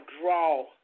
draw